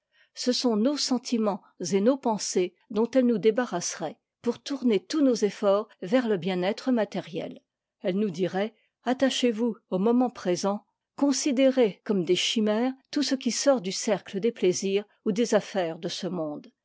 ce sont nos sentiments et nos pensées dont elle nous débarrasserait pour tourner tous nos efforts vers le bienêtre matériel elle nous dirait attachez-vous au moment présent considérez comme des chimères tout ce qui sort du cercle des plaisirs ou des affaires de ce monde